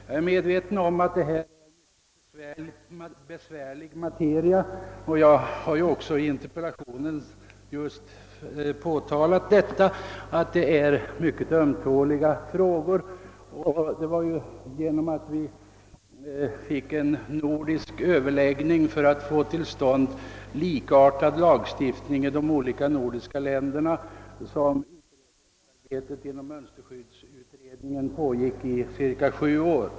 Jag är medveten om att det här gäller en mycket besvärlig materia, och jag har också i interpellationen påtalat att det är mycket ömtåliga frågor. Det kan tilläggas att det var den omständigheten att man tog upp nordiska överläggningar för att få till stånd likartad lagstiftning i de nordiska länderna som bidrog till att utredningsarbetet inom mönsterskyddsutredningen kom att pågå i cirka sju år.